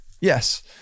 Yes